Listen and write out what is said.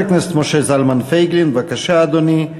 חבר הכנסת משה זלמן פייגלין, בבקשה, אדוני.